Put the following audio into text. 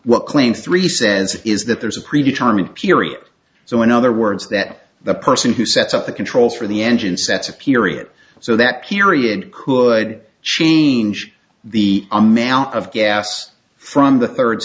what claim three says is that there is a predetermined period so in other words that the person who sets up the controls for the engine sets a period so that period could change the amount of gas from the